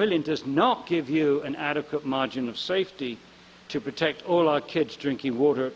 million does not give you an adequate margin of safety to protect all our kids drinking water